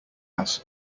ass